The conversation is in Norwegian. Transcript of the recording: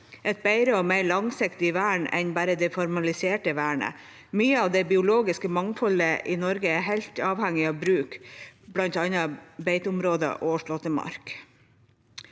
et bedre og mer langsiktig vern enn bare det formaliserte vernet. Mye av det biologiske mangfoldet i Norge er helt avhengig av bruk, bl.a. beiteområder og slåttemark.